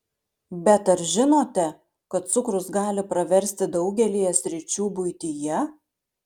bet ar žinote kad cukrus gali praversti daugelyje sričių buityje